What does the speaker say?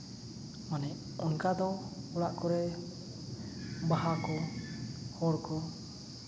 ᱢᱟᱱᱮ ᱚᱱᱠᱟ ᱫᱚ ᱚᱲᱟᱜ ᱠᱚᱨᱮ ᱵᱟᱦᱟ ᱠᱚ ᱦᱚᱲ ᱠᱚ